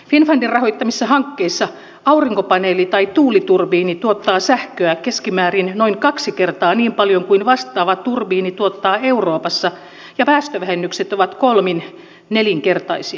finnfundin rahoittamissa hankkeissa aurinkopaneeli tai tuuliturbiini tuottaa sähköä keskimäärin noin kaksi kertaa niin paljon kuin vastaava turbiini tuottaa euroopassa ja päästövähennykset ovat kolmin nelinkertaisia